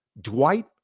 Dwight